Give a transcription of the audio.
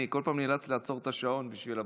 אני כל פעם נאלץ לעצור את השעון בשביל הברכות,